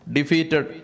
Defeated